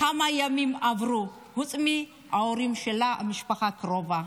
כמה ימים עברו חוץ מההורים שלה ומהמשפחה הקרובה.